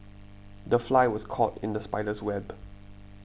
the fly was caught in the spider's web